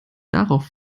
darauf